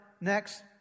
next